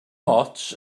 ots